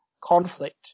conflict